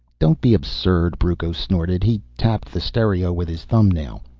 don't be absurd, brucco snorted. he tapped the stereo with his thumbnail.